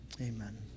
Amen